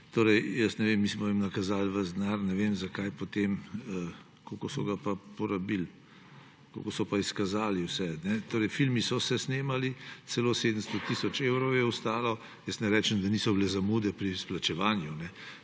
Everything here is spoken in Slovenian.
Torej ne vem, mi smo jim nakazali ves denar. Ne vem, zakaj potem – kako so ga pa porabili? Kako so pa izkazali vse? Torej, filmi so se snemali, celo 700 tisoč evrov je ostalo. Ne rečem, da niso bile zamude pri izplačevanju,